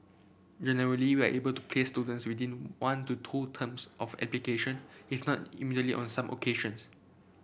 generally we are able to place students within one to two terms of application if not immediately on some occasions